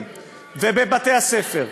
ובבתי-הספר,